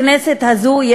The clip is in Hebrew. בכנסת הזאת,